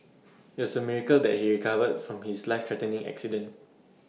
IT was A miracle that he recovered from his life threatening accident